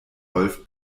rolf